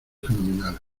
fenomenal